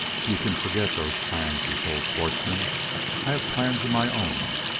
you can forget those plans, he told schwartzmann. i have plans of my own.